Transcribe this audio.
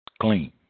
clean